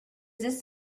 this